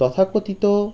তথাকথিত